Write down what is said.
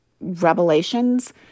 revelations